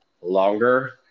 longer